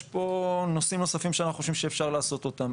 יש פה נושאים נוספים שאנחנו חושבים שאפשר לעשות אותם.